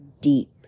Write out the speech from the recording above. deep